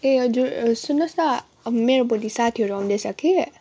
ए हजुर सुन्नुहोस् न मेरो भोलि साथीहरू आउँदैछ कि